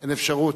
אין אפשרות.